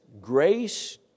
grace